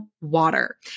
Water